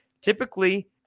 typically